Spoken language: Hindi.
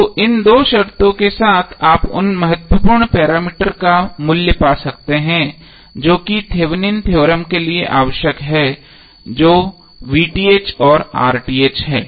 तो इन दो शर्तों के साथ आप उन महत्वपूर्ण पैरामीटर्स का मूल्य पा सकते हैं जो कि थेवेनिन थ्योरम Thevenins theorem के लिए आवश्यक हैं जो और हैं